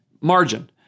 margin